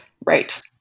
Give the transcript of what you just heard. right